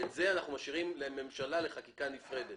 את זה אנחנו משאירים לממשלה לחקיקה נפרדת.